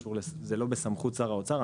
זה לא דבר שהוא בסמכות שר האוצר.